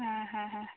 ആ ഹാ ഹാ